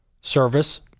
Service